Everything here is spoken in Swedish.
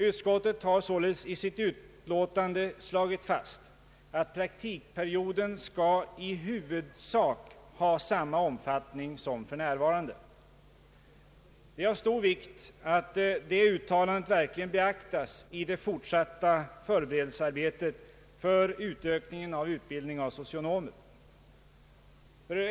Utskottet har således i sitt utlåtande slagit fast att praktikperioden skall ha i huvudsak samma omfattning som för närvarande, Det är av stor vikt att detta uttalande verkligen beaktas i det fortsatta förberedelsearbetet för utökningen av utbildningen av socionomer.